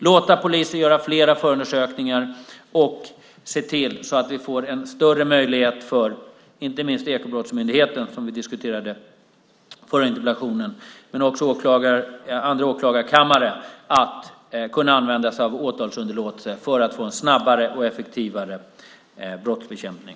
Låt polisen göra fler förundersökningar och se till att vi får större möjlighet för inte minst Ekobrottsmyndigheten, som vi diskuterade i den förra interpellationsdebatten, men också andra åklagarkammare att använda sig av åtalsunderlåtelse för att få en snabbare och effektivare brottsbekämpning.